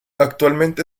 actualmente